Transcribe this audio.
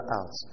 out